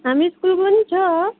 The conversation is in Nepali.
हामी स्कुलको नि छ